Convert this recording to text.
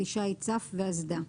כלי שיט צף ואסדה,